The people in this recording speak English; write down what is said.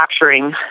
capturing